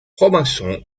robinson